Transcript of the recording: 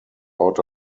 out